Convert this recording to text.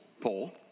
Paul